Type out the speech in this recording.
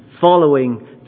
following